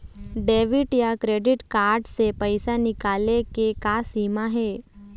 Debit या credit card से पैसा निकाले के का सीमा हे?